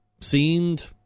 Seemed